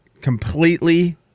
completely